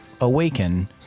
awaken